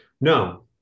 no